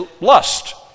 lust